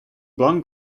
blonde